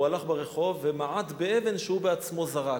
והוא הלך ברחוב ומעד בשל אבן שהוא בעצמו זרק.